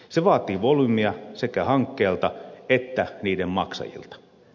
se vaatii volyymia sekä hankkeilta että niiden maksajilta